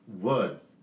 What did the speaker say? words